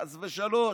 חס ושלוש,